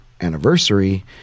anniversary